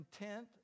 intent